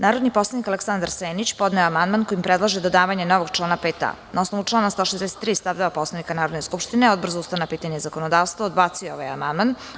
Narodni poslanik Aleksandar Senić podneo je amandman kojim predlaže dodavanje novog člana 5a. Na osnovu člana 163. stav 2. Poslovnika Narodne skupštine, Odbor za ustavna pitanja i zakonodavstvo odbacio je ovaj amandman.